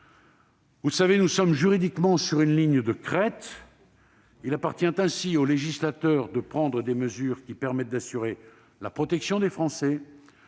terrorisme. Nous sommes juridiquement sur une ligne de crête. Il appartient ainsi au législateur de prendre des mesures qui permettent d'assurer la protection des Français,